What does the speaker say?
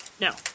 No